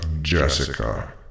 Jessica